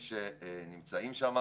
גבוהה כי יש פה כמה גופים מרכזיים שעוסקים